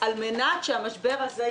על מנת שהמשבר הזה ייפתר,